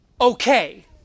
okay